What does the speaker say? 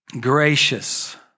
gracious